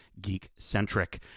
Geek-Centric